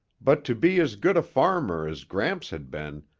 but to be as good a farmer as gramps had been,